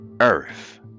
earth